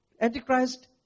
Antichrist